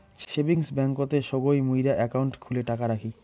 savings ব্যাংকতে সগই মুইরা একাউন্ট খুলে টাকা রাখি